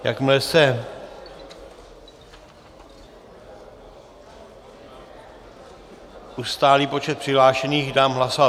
Jakmile se ustálí počet přihlášených, dám hlasovat.